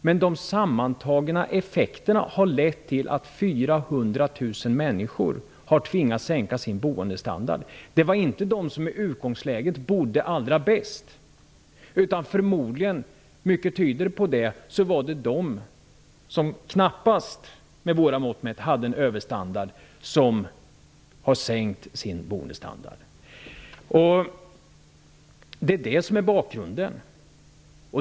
Men den sammantagna effekten är att 400 000 människor har tvingats sänka sin boendestandard. Det var inte de som i utgångsläget bodde allra bäst. Mycket tyder på att det var de som förmodligen, enligt våra mått mätt, knappast hade någon överstandard som fick sänka sin boendestandard. Det är det här som är bakgrunden.